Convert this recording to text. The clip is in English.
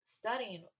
studying